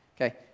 Okay